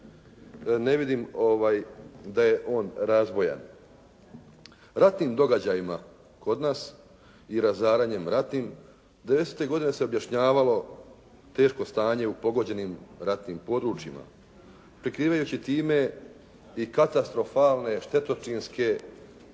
ne vidim da je on razvojan. Ratnim događajima kod nas i razaranjem ratnih devedesete godine se objašnjavalo teško stanje u pogođenim ratnim područjima prikrivajući time i katastrofalne štetočinske učinke